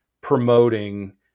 promoting